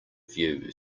view